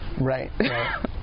Right